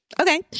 okay